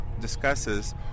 discusses